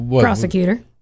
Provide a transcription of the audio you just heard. Prosecutor